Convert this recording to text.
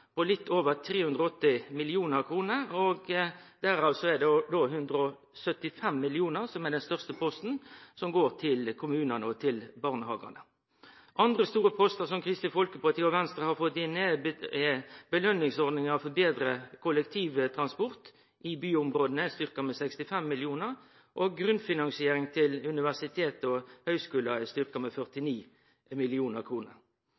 på litt over 380 mill. kr, og derav er det 175 mill. kr som er den største posten, som går til kommunane og til barnehagane. Andre store postar som Kristeleg Folkeparti og Venstre har fått inn, er løningsordningar for betre kollektivtransport i byområda, som er styrkt med 65 mill. kr, og grunnfinansiering til universitet og høgskular, som er styrkt med